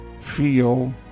feel